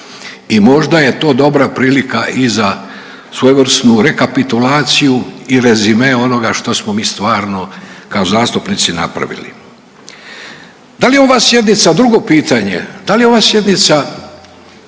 i možda je to dobra prilika i za svojevrsnu rekapitulaciju i rezime onoga što smo mi stvarno kao zastupnici napravili. Da li je ova sjednica drugo pitanje, da li je ova sjednica